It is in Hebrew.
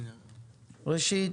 ראשית,